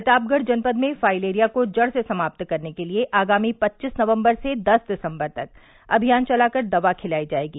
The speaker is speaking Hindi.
प्रतापगढ़ जनपद में फाइलेरिया को जड़ से समाप्त करने के लिए आगामी पच्चीस नवंबर से दस दिसंबर तक अभियान चलाकर दवा खिलायी जाएगी